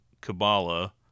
Kabbalah